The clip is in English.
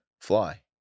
fly